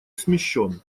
смещён